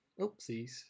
Oopsies